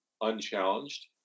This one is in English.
unchallenged